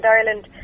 Ireland